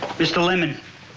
mr. lemon.